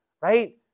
right